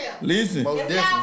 Listen